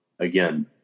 Again